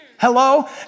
Hello